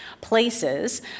places